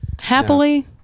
Happily